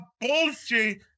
bullshit